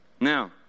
Now